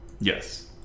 yes